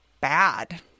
bad